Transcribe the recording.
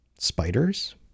Spiders